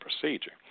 procedure